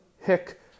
Hick